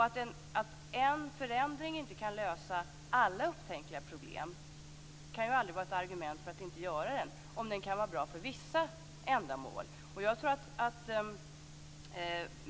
Att en förändring inte kan lösa alla upptänkliga problem kan aldrig vara ett argument för att inte göra förändringen, om den kan vara bra för vissa ändamål.